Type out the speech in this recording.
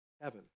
heaven